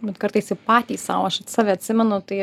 bet kartais ir patys sau aš vat save atsimenu tai